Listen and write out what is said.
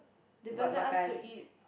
they belanja us to eat